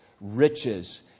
riches